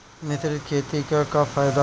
मिश्रित खेती क का फायदा ह?